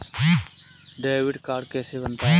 Debit card कैसे बनता है?